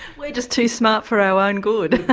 we're just too smart for our own good.